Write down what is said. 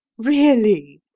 really,